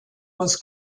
was